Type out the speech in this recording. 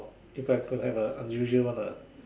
if I could have an unusual one ah